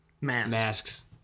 masks